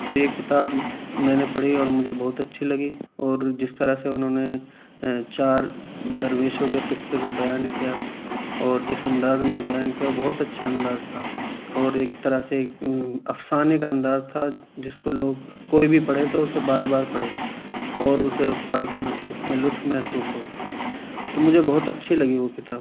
تو یہ کتاب میں نے پڑھی اور مجھے بہت اچھی لگی اور جس طرح سے انہوں نے چار درویشوں کے قصے کو بیان کیا اور جس انداز میں بیان کیا ہے وہ بہت اچھا انداز تھا اور ایک طرح سے افسانے کا انداز تھا جس کو لوگ کوئی بھی پڑھے تو اسے بار بار پڑھے اور اسے پڑھ کر اس میں لطف محسوس ہو تو مجھے بہت اچھی لگی وہ کتاب